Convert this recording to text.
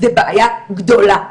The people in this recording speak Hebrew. זו בעיה גדולה.